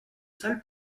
salles